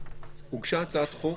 הוגשה הצעת חוק